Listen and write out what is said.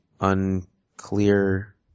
unclear